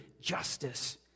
justice